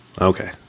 Okay